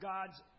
God's